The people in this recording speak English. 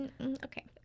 okay